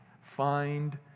find